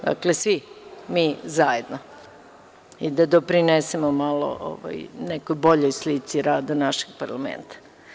Dakle, svi mi zajedno i da doprinesemo malo nekoj boljoj slici rada našeg parlamenta.